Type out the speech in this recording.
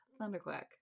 Thunderquack